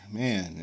man